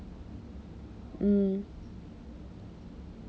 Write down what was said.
mm